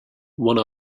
one